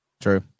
True